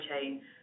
chain